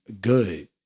good